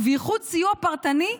ובייחוד סיוע פרטני,